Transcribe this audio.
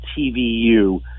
TVU